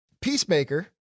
Peacemaker